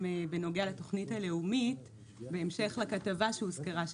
בנוגע לתוכנית הלאומית בהמשך לכתבה שהוזכרה.